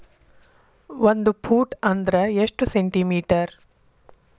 ಒಂದು ಫೂಟ್ ಅಂದ್ರ ಎಷ್ಟು ಸೆಂಟಿ ಮೇಟರ್?